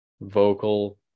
vocal